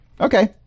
Okay